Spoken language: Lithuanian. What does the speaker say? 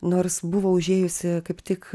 nors buvo užėjusi kaip tik